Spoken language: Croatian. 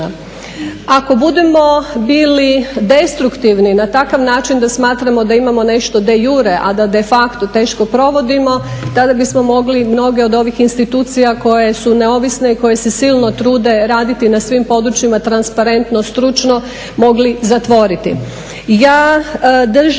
Ako budemo bili destruktivni na takav način da smatramo da imamo nešto …/Govornica se ne razumije./…, a da de facto teško provodimo, tada bismo mogli mnoge od ovih institucija koje su neovisne i koje se silno trude raditi na svim područjima transparentno, stručno mogli zatvoriti. Ja držim